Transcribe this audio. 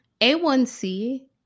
A1C